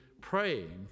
praying